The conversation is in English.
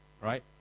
Right